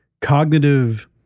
cognitive